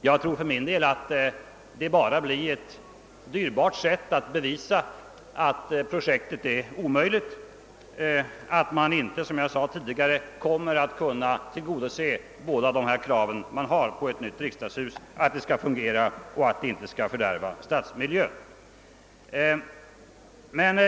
Jag tror för min del att det endast är ett dyrbart sätt att bevisa att projektet är omöjligt och att man, som jag tidigare sade, inte kommer att kunna tillgodose de krav man har på ett nytt riksdagshus, nämligen att det skall fungera och att det inte skall fördärva stadsmiljön.